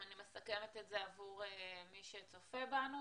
אם אני מסכמת את זה עבור מי שצופה בנו,